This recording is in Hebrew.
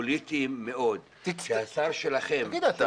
אתם פוליטיים מאוד כי השר שלכם --- תגיד לי,